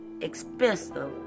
expensive